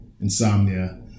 insomnia